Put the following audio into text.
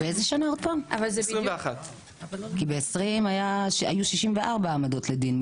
אבל זה בדיוק --- ב-2020 היו 64 העמדות לדין,